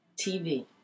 TV